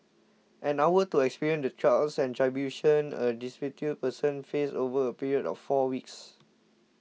an hour to experience the trials and tribulations a destitute person faces over a period of four weeks